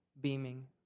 beaming